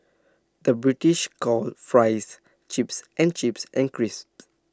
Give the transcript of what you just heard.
the British calls Fries Chips and chips and crisps